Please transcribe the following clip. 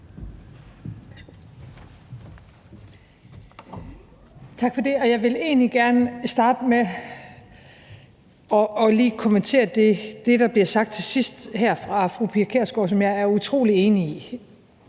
Tak for det. Jeg vil egentlig gerne starte med lige at kommentere det, der bliver sagt til sidst fra fru Pia Kjærsgaards side, og som jeg er utrolig enig i.